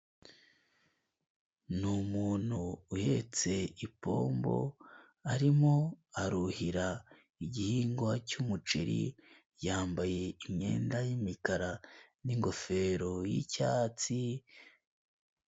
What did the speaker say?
Ni umuntu uhetse ipombo arimo aruhira igihingwa cyu'muceri, yambaye imyenda y'imikara n'ingofero y'icyatsi.